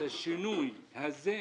השינוי הזה,